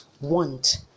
want